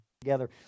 together